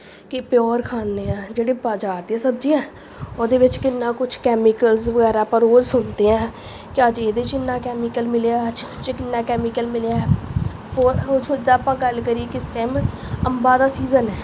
ਕਿ ਪਿਓਰ ਖਾਂਦੇ ਹਾਂ ਜਿਹੜੇ ਬਾਜ਼ਾਰ ਦੀਆਂ ਸਬਜ਼ੀਆਂ ਉਹਦੇ ਵਿੱਚ ਕਿੰਨਾ ਕੁਛ ਕੈਮੀਕਲਸ ਵਗੈਰਾ ਆਪਾਂ ਰੋਜ਼ ਸੁਣਦੇ ਹਾਂ ਕਿ ਅੱਜ ਇਹਦੇ 'ਚ ਇੰਨਾਂ ਕੈਮੀਕਲ ਮਿਲਿਆ ਅੱਜ ਇਹਦੇ 'ਚ ਕਿੰਨਾ ਕੈਮੀਕਲ ਮਿਲਿਆ ਆਪਾਂ ਗੱਲ ਕਰੀਏ ਕਿਸ ਟਾਈਮ ਅੰਬਾਂ ਦਾ ਸੀਜ਼ਨ ਹੈ